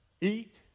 eat